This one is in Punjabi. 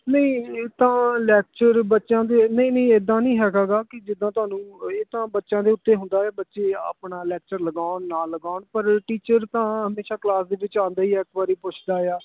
ਨਹੀਂ ਇਹ ਤਾਂ ਲੈਕਚਰ ਬੱਚਿਆਂ ਦੇ ਨਹੀਂ ਨਹੀਂ ਇੱਦਾਂ ਨਹੀਂ ਹੈਗਾ ਗਾ ਕਿ ਜਿੱਦਾਂ ਤੁਹਾਨੂੰ ਇਹ ਤਾਂ ਬੱਚਿਆਂ ਦੇ ਉੱਤੇ ਹੁੰਦਾ ਬੱਚੇ ਆਪਣਾ ਲੈਕਚਰ ਲਗਾਉਣ ਨਾ ਲਗਾਉਣ ਪਰ ਟੀਚਰ ਤਾਂ ਹਮੇਸ਼ਾ ਕਲਾਸ ਦੇ ਵਿੱਚ ਆਉਂਦਾ ਹੀ ਇੱਕ ਵਾਰ ਪੁੱਛਦਾ ਆ